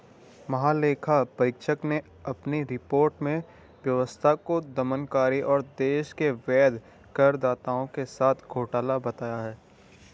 महालेखा परीक्षक ने अपनी रिपोर्ट में व्यवस्था को दमनकारी और देश के वैध करदाताओं के साथ घोटाला बताया है